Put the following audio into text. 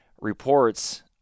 reports